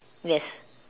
yes